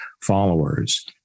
followers